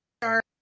start